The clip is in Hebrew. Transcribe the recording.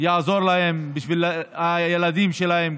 ולילדים שלהן,